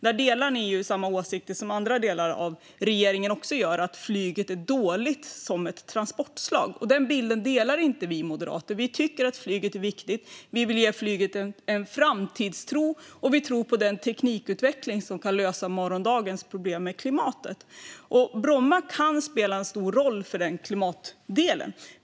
Där har de samma åsikt som delar av regeringen - att flyget som transportslag är dåligt. Den bilden delar inte vi moderater. Vi tycker att flyget är viktigt. Vi vill ge flyget en framtidstro, och vi tror på den teknikutveckling som kan lösa morgondagens problem med klimatet. Bromma kan spela en stor roll för klimatdelen.